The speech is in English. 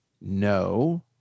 No